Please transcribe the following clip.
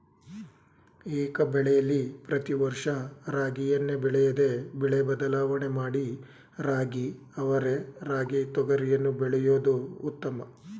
ಏಕಬೆಳೆಲಿ ಪ್ರತಿ ವರ್ಷ ರಾಗಿಯನ್ನೇ ಬೆಳೆಯದೆ ಬೆಳೆ ಬದಲಾವಣೆ ಮಾಡಿ ರಾಗಿ ಅವರೆ ರಾಗಿ ತೊಗರಿಯನ್ನು ಬೆಳೆಯೋದು ಉತ್ತಮ